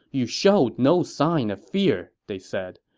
you showed no sign of fear, they said.